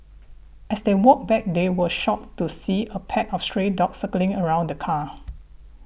as they walked back they were shocked to see a pack of stray dogs circling around the car